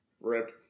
Rip